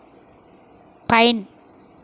pine